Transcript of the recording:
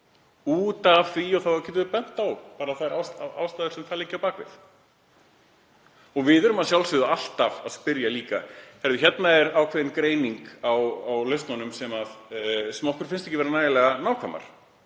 út af því að, og þá getum við bent á þær ástæður sem þar liggja að baki. Við erum að sjálfsögðu alltaf að spyrja líka: Hér er ákveðin greining á lausnunum sem okkur finnst ekki vera nægilega nákvæm.